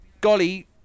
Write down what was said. golly